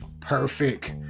Perfect